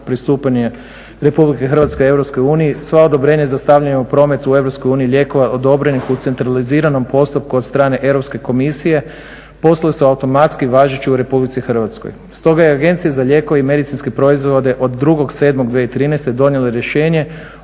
pristupanja RH EU, sva odobrenja za stavljanje u promet u EU lijekova odobrenih u centraliziranom postupku od strane Europske komisije, postali su automatski važeći u RH. Stoga je agencija za lijekove i medicinske proizvode od 02.07.2013. donijela rješenje